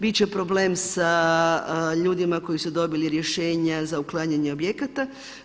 Bit će problem sa ljudima koji su dobili rješenja za uklanjanje objekata.